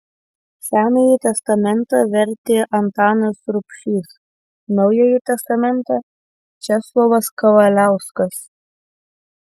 senąjį testamentą vertė antanas rubšys naująjį testamentą česlovas kavaliauskas